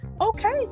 Okay